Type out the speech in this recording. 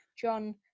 john